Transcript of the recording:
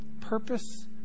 purpose